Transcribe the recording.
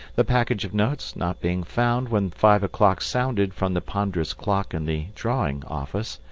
the package of notes not being found when five o'clock sounded from the ponderous clock in the drawing office,